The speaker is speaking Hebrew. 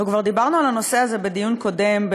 אנחנו כבר דיברנו על הנושא הזה בדיון קודם,